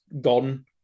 gone